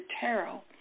Tarot